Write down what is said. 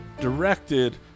directed